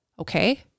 okay